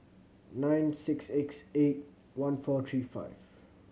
nine six X eight one four three five